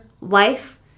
life